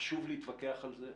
חשוב להתווכח על זה.